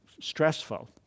stressful